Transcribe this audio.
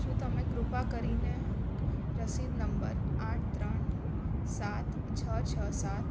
શું તમે કૃપા કરીને રસીદ નંબર આઠ ત્રણ સાત છ છ સાત